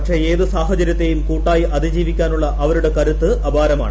പക്ഷേ ഏതു സാഹചര്യത്തെയും കൂട്ടായി അതിജീവിക്കാനുള്ള അവരുടെ കരുത്ത് അപാരമാണ്